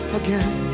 again